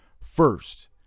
first